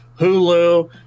Hulu